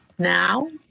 now